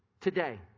today